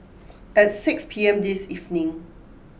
at six P M this evening